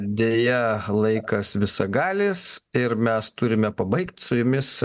deja laikas visagalis ir mes turime pabaigt su jumis